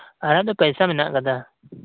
ᱟᱫᱚ ᱯᱚᱭᱥᱟ ᱢᱮᱱᱟᱜ ᱟᱠᱟᱫᱟ